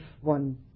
one